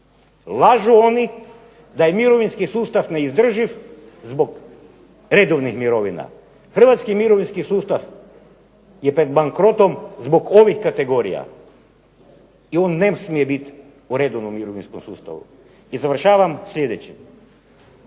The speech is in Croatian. Lažu oni da je mirovinski sustav neodrživ zbog redovnih mirovina. Hrvatski mirovinski sustav je pred bankrotom zbog ovih kategorija i on ne smije biti u redovnom mirovinskom sustavu. I završavam sljedećim.